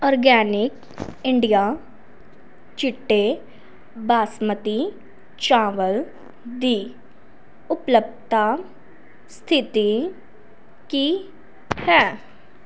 organic India ਚਿੱਟੇ ਬਾਸਮਤੀ ਚਾਵਲ ਦੀ ਉਪਲੱਬਧਤਾ ਸਥਿਤੀ ਕੀ ਹੈ